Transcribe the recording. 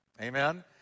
Amen